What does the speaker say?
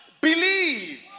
believe